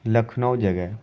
لکھنؤ جگہ